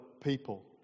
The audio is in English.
people